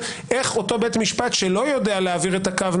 פרופ' יואב דותן ידבר בזום,